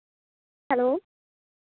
hello